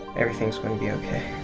everything's going to be okay.